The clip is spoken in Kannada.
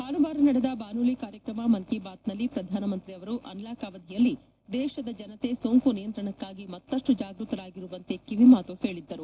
ಭಾನುವಾರ ನಡೆದ ಬಾನುಲಿ ಕಾರ್ಯಕ್ರಮ ಮನ್ ಕಿ ಬಾತ್ ನಲ್ಲಿ ಪ್ರಧಾನಮಂತ್ರಿ ಅವರು ಅನ್ ಲಾಕ್ ಅವಧಿಯಲ್ಲಿ ದೇಶದ ಜನತೆ ಸೋಂಕು ನಿಯಂತ್ರಣಕ್ಕಾಗಿ ಮತ್ತಷ್ಟು ಜಾಗೃತರಾಗಿರುವಂತೆ ಕಿವಿ ಮಾತು ಹೇಳಿದ್ದರು